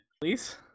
Please